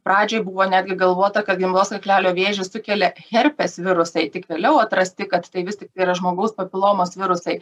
pradžioj buvo netgi galvota kad gimdos kaklelio vėžį sukelia herpes virusai tik vėliau atrasti kad tai vis yra žmogaus papilomos virusai